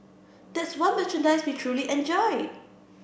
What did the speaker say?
that's one merchandise we truly enjoyed